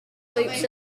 loops